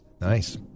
Nice